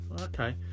Okay